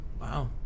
Wow